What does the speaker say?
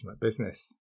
business